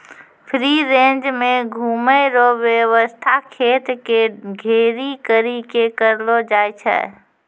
free range मे घुमै रो वेवस्था खेत के घेरी करी के करलो जाय छै